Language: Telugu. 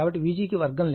కాబట్టి Vg కి వర్గం లేదు